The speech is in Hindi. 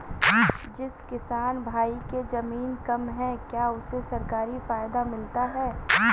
जिस किसान भाई के ज़मीन कम है क्या उसे सरकारी फायदा मिलता है?